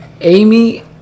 Amy